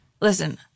listen